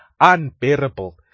unbearable